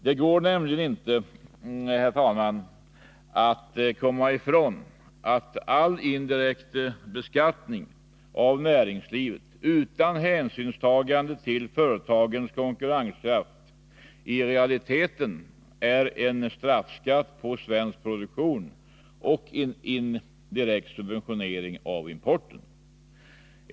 Det går nämligen inte, herr talman, att komma ifrån att all indirekt beskattning av näringslivet utan hänsynstagande till företagens konkurrenskraft i realiteten är en straffskatt på svensk produktion och en indirekt subventionering av importen.